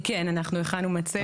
כן, אנחנו הכנו מצגת.